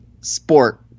sport